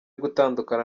gutandukana